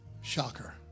Shocker